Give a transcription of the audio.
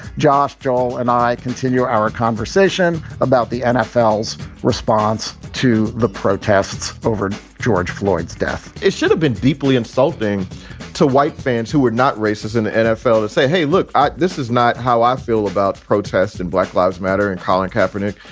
josh, joel and i continue our conversation about the nfl as a response to the protests over george floyds death. it should have been deeply insulting to white fans who would not races in the nfl to say, hey, look, this is not how i feel about protests and black lives matter and colin kaepernick,